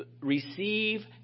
receive